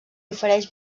ofereix